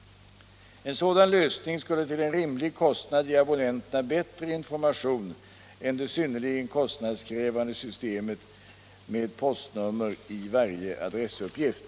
En sådan lösning skulle till en rimlig kostnad ge abonnenterna bättre information än det synnerligen kostnadskrävande systemet med postnummer i varje adressuppgift.